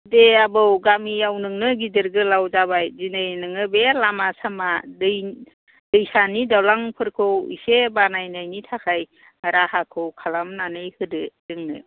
दे आबौ गामियाव नोंनो गिदिर गोलाव जाबाय दिनै नोङो बे लामा सामा दै दैसानि दालांफोरखौ एसे बानायनायनि थाखाय राहाखौ खालामनानै होदो जोंनो